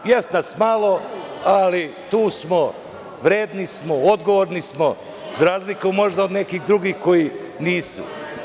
Jeste nas malo, ali tu smo, vredni smo, odgovorni smo, za razliku možda od nekih drugih koji nisu.